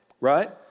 right